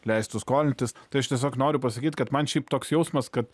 leistų skolintis tai aš tiesiog noriu pasakyt kad man šiaip toks jausmas kad